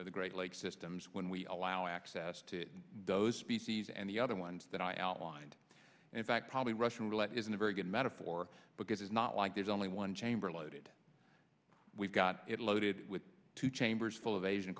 of the great lakes systems when we allow access to those species and the other ones that i outlined in fact probably russian roulette isn't a very good metaphor because it's not like there's only one chamber loaded we've got it loaded with two chambers full of asian